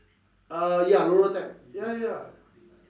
uh ya roller type ya ya